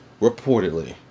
Reportedly